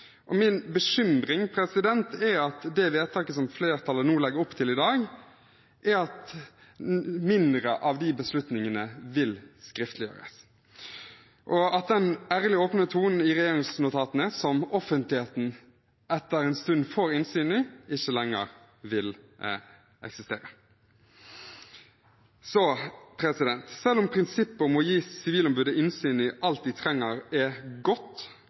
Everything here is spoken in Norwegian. Min bekymring er at det vedtaket som flertallet nå legger opp til i dag, er at færre av de beslutningene vil skriftliggjøres, og at den ærlige og åpne tonen i regjeringsnotatene, som offentligheten etter en stund får innsyn i, ikke lenger vil eksistere. Selv om prinsippet om å gi Sivilombudet innsyn i alt de trenger, er godt,